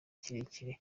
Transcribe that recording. kirekire